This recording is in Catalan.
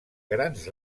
grans